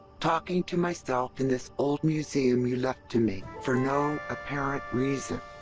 talking to myself in this old museum you left to me, for no apparent reason.